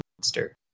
monster